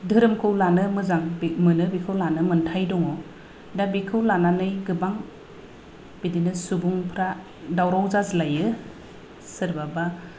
धोरोमखौ लानो मोजां मोनो बेखौ लानो मोन्थाय दङ दा बेखौ लानानै गोबां बिदिनो सुबुंफ्रा दावराव जाज्लायो सोरबाबा